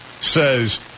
says